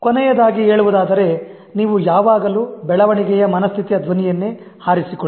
ಕೊನೆಯದಾಗಿ ಹೇಳುವುದಾದರೆ ನೀವು ಯಾವಾಗಲೂ ಬೆಳವಣಿಗೆಯ ಮನಸ್ಥಿತಿಯ ಧ್ವನಿಯನ್ನೇ ಆರಿಸಿಕೊಳ್ಳಿ